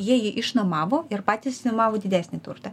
jie jį išnuomavo ir patys išsinuomavo didesnį turtą